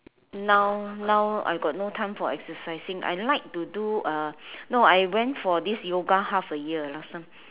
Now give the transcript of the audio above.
now now I got no time for exercising I like to do uh no I went for this yoga half a year last time